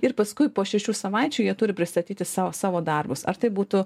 ir paskui po šešių savaičių jie turi pristatyti sa savo darbus ar tai būtų